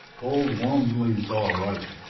old walmsley's all right.